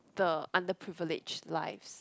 the underprivileged lives